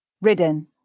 ridden